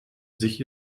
sich